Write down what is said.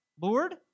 Lord